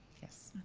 yes,